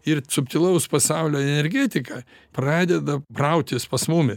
ir subtilaus pasaulio energetika pradeda brautis pas mumi